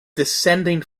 descending